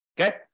Okay